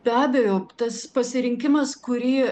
be abejo tas pasirinkimas kurį